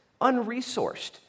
unresourced